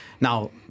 Now